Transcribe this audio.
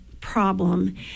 problem